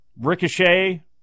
Ricochet